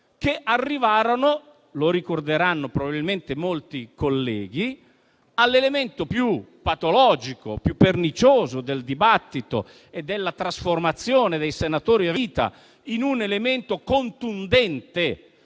sono arrivati - come ricorderanno probabilmente molti colleghi - all'elemento più patologico e più pernicioso del dibattito e della trasformazione dei senatori a vita in un elemento contundente